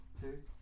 two